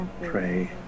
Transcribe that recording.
Pray